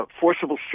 forcible